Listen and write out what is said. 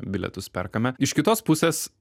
bilietus perkame iš kitos pusės